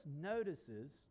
notices